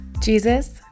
Jesus